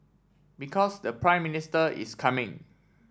because the Prime Minister is coming